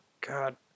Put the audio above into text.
God